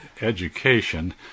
education